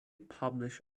publish